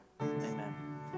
amen